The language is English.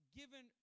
given